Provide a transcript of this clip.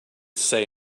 say